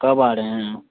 कब आ रहे हैं